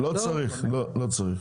לא, לא צריך לא צריך,